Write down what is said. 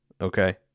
okay